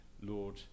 Lord